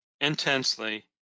intensely